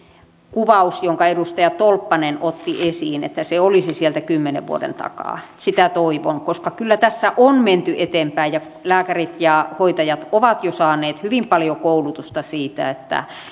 kuvaus jonka edustaja tolppanen otti esiin olisi sieltä kymmenen vuoden takaa sitä toivon koska kyllä tässä on menty eteenpäin ja lääkärit ja hoitajat ovat jo saaneet hyvin paljon koulutusta siitä